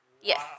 Yes